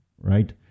right